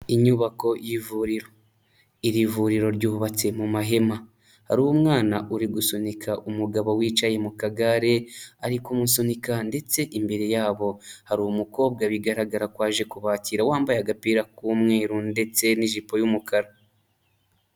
Inyubako y'ivuriro iri vuriro ryubatse mu mahema, hari umwana uri gusunika umugabo wicaye mu kagare, ari kumusunika ndetse imbere yabo hari umukobwa bigaragara ko aje kubakira, wambaye agapira k'umweru ndetse n'ijipo y'umukara.